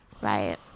Right